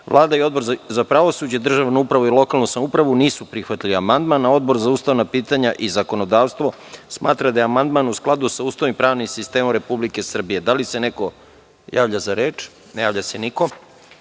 i Odbor za pravosuđe, državnu upravu i lokalnu samoupravu nisu prihvatili amandman. Odbor za ustavna pitanja i zakonodavstvo smatra da je amandman u skladu sa Ustavom i pravnim sistemom Republike Srbije. Da li se neko javlja za reč? (Ne.)Na član 3.